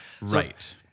Right